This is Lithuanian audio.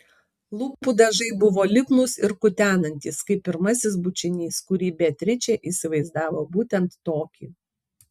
lūpų dažai buvo lipnūs ir kutenantys kaip pirmasis bučinys kurį beatričė įsivaizdavo būtent tokį